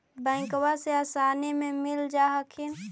बैंकबा से आसानी मे मिल जा हखिन?